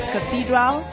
Cathedral